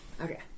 Okay